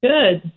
Good